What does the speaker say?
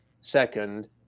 second